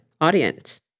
audience